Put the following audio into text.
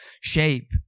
shape